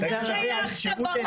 מה זה שייך כבאות?